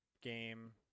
game